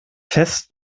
fest